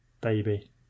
baby